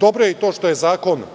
Dobro je i to što je zakon